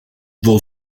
vou